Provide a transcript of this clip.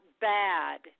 bad